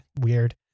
weird